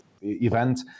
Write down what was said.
event